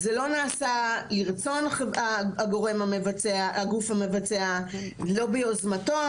זה לא נעשה לרצון הגוף המבצע ולא ביוזמתו,